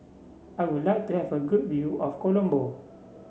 I would like to have a good view of Colombo